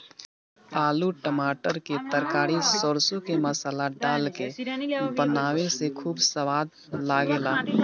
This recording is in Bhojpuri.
आलू टमाटर के तरकारी सरसों के मसाला डाल के बनावे से खूब सवाद लागेला